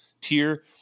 tier